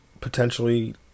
potentially